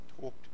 talked